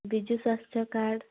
ବିଜୁ ସ୍ୱାସ୍ଥ୍ୟ କାର୍ଡ଼